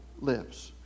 lives